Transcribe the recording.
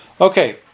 Okay